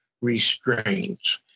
restraints